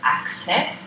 accept